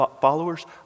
followers